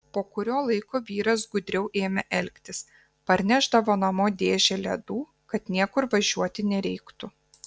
po kurio laiko vyras gudriau ėmė elgtis parnešdavo namo dėžę ledų kad niekur važiuoti nereiktų